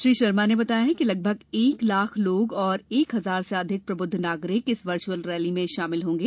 श्री शर्मा ने बताया कि लगभग एक लाख लोग और एक हजार से अधिक प्रब्द्ध नागरिक इस वर्चअल रैली में शामिल होंगे